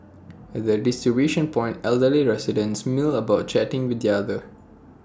at the distribution point elderly residents mill about chatting with the other